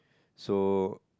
so